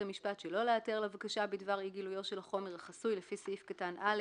"(ג)בית המשפט יודיע למבקש ולמשיב על החלטתו בבקשה לפי סעיף קטן (א),